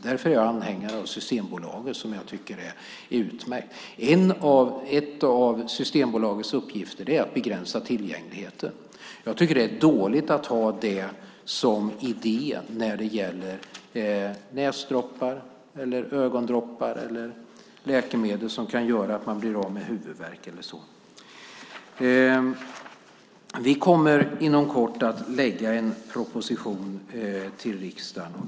Därför är jag anhängare av Systembolaget som jag tycker är utmärkt. En av Systembolagets uppgifter är att begränsa tillgängligheten. Jag tycker att det är dåligt att ha det som idé när det gäller näsdroppar, ögondroppar eller läkemedel som kan göra att man blir av med huvudvärk och sådant. Vi kommer inom kort att lägga fram en proposition till riksdagen.